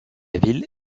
ville